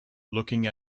looking